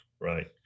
Right